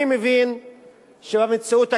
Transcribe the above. אני מבין שהמציאות הקיימת,